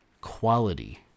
Quality